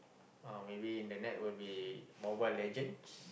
uh maybe the next will be Mobile-Legends